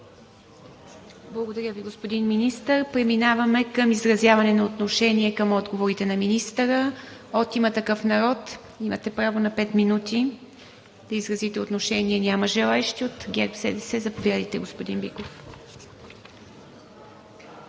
Благодаря Ви, господин Министър. Преминаваме към изразяване на отношение към отговорите на министъра от „Има такъв народ“. Имате право на пет минути да изразите отношение. Няма желаещи. От ГЕРБ-СДС – заповядайте, господин Биков.